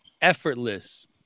effortless